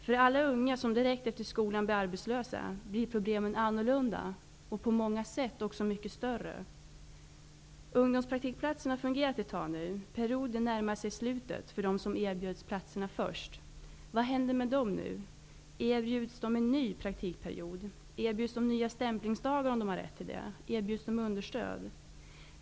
För alla unga som direkt efter skolan blir arbetslösa blir problemen annorlunda och på många sätt också mycket större. Ungdomspraktikplatserna har fungerat ett tag nu. Perioden närmar sig slutet för dem som erbjöds platserna först. Vad händer med dem nu? Erbjuds de en ny praktikperiod? Erbjuds de nya stämplingsdagar, om de har rätt till det? Erbjuds de understöd?